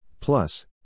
Plus